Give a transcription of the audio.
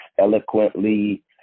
eloquently